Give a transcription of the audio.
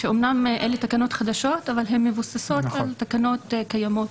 שאמנם אלה תקנות חדשות אבל הן מבוססות על תקנות קיימות.